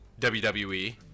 WWE